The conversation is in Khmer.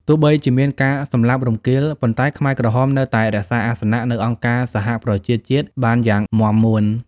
ទោះបីជាមានការសម្លាប់រង្គាល ប៉ុន្តែខ្មែរក្រហមនៅតែរក្សាអាសនៈនៅអង្គការសហប្រជាជាតិបានយ៉ាងមាំមួន។